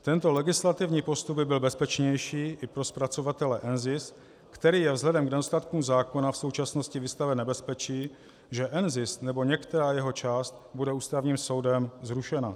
Tento legislativní postup by byl bezpečnější i pro zpracovatele NZIS, který je vzhledem k nedostatkům zákona v současnosti vystaven nebezpečí, že NZIS nebo některá jeho část bude Ústavním soudem zrušena.